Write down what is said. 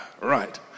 Right